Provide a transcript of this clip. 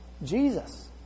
Jesus